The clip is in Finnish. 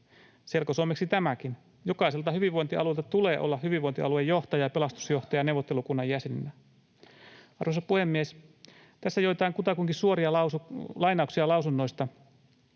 Selkosuomeksi tämäkin: jokaiselta hyvinvointialueelta tulee olla hyvinvointialuejohtaja ja pelastusjohtaja neuvottelukunnan jäseninä. Arvoisa puhemies! Tässä joitain kutakuinkin suoria lainauksia lausunnoista: